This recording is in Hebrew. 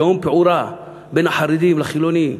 תהום פעורה בין החרדים לחילונים,